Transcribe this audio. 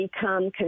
become